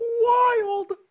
wild